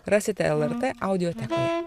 rasite lrt audiotekoje